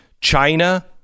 China